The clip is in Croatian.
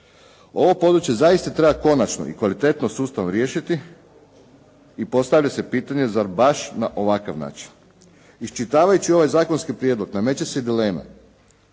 Ovo područje zaista treba konačno i kvalitetno sustavno riješiti i postavlja se pitanje zar baš na ovakav način. Iščitavajući ovaj zakonski prijedlog nameće se se dilema